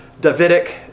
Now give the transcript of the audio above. Davidic